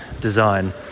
design